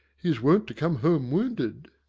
he was wont to come home wounded.